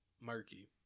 murky